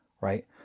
right